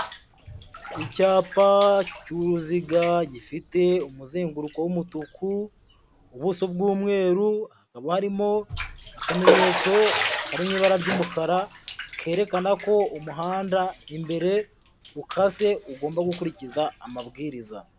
Icyapa cy'uruziga gifite umuzenguruko w'umutuku, ubuso bw'umweru, hakaba harimo akamenyetso kari mu ibara ry'umukara, kerekana ko umuhanda imbere ukase, ugomba gukurikiza amabwiriza.